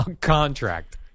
contract